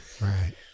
Right